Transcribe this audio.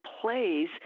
plays